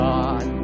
God